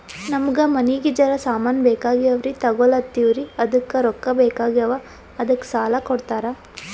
ನಮಗ ಮನಿಗಿ ಜರ ಸಾಮಾನ ಬೇಕಾಗ್ಯಾವ್ರೀ ತೊಗೊಲತ್ತೀವ್ರಿ ಅದಕ್ಕ ರೊಕ್ಕ ಬೆಕಾಗ್ಯಾವ ಅದಕ್ಕ ಸಾಲ ಕೊಡ್ತಾರ?